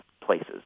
places